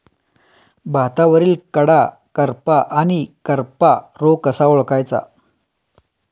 भातावरील कडा करपा आणि करपा रोग कसा ओळखायचा?